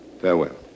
Farewell